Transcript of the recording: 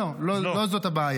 לא זאת הבעיה.